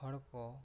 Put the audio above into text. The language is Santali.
ᱦᱚᱲ ᱠᱚ